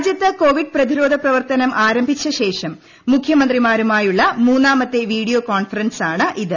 രാജ്യത്ത് കൊവിഡ് പ്രതിരോധ പ്രവർത്തനം ആരംഭിച്ച ്ളേഷം മുഖ്യമന്ത്രിമാരുമായുള്ള മൂന്നാമത്തെ വീഡിയോ കോൺഫ്ടന്റെസാണ് ഇത്